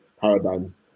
paradigms